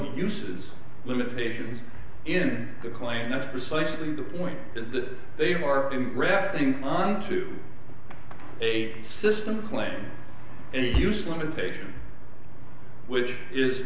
excuses limitations in the claim and that's precisely the point is that they are in grasping onto a system claim use limitation which is